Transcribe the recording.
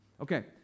Okay